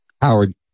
Howard